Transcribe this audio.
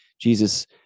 Jesus